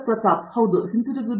ಪ್ರತಾಪ್ ಹರಿಡೋಸ್ ಹಿಂತಿರುಗಿ ಸರಿ